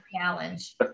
challenge